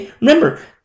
Remember